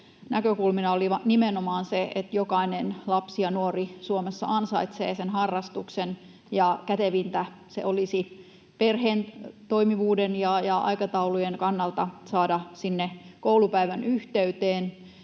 Näkökulmana oli nimenomaan se, että jokainen lapsi ja nuori Suomessa ansaitsee harrastuksen, ja kätevintä se olisi perheen toimivuuden ja aikataulujen kannalta saada sinne koulupäivän yhteyteen,